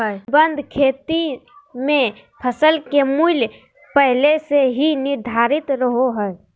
अनुबंध खेती मे फसल के मूल्य पहले से ही निर्धारित रहो हय